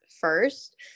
first